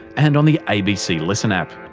and on the abc listen app.